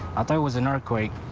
there was. an earthquake.